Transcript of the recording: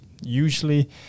usually